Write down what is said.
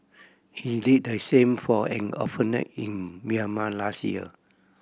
he did the same for an orphanage in Myanmar last year